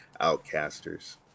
outcasters